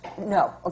no